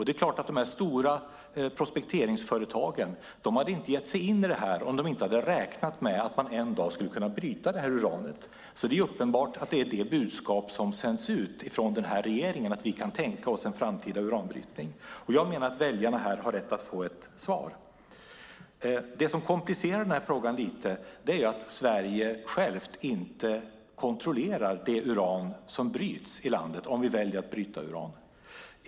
Det är klart att de stora prospekteringsföretagen inte skulle ha gett sig in i detta om de inte hade räknat med att man en dag skulle kunna bryta uranet. Det är uppenbart att det är detta budskap som sänds ut från regeringen: Vi kan tänka oss en framtida uranbrytning. Jag menar att väljarna har rätt att få ett svar. Det som komplicerar frågan lite är att Sverige självt inte kontrollerar det uran som bryts i landet om vi väljer att bryta uran.